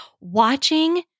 watching